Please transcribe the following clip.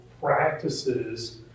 practices